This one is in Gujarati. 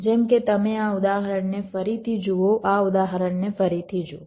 જેમ કે તમે આ ઉદાહરણને ફરીથી જુઓ આ ઉદાહરણને ફરીથી જુઓ